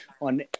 on